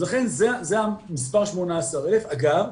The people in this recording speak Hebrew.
לכן זה המספר של 18,000. אגב,